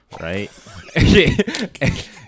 right